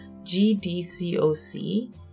GDCOC